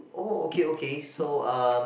oh okay okay so um